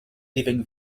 leaving